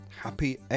Happy